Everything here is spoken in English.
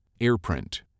AirPrint